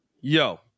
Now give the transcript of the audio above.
Yo